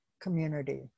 community